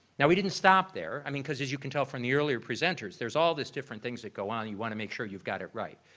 now, we didn't stop there. i mean, because as you can tell from the earlier presenters, there's all these different things that go on. you want to make sure you've got it right.